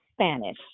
Spanish